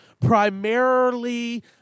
primarily